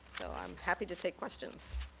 so i'm happy to take questions.